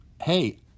hey